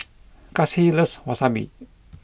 Kasie loves Wasabi